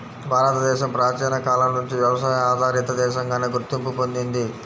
భారతదేశం ప్రాచీన కాలం నుంచి వ్యవసాయ ఆధారిత దేశంగానే గుర్తింపు పొందింది